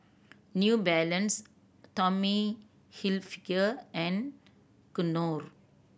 New Balance Tommy Hilfiger and Knorr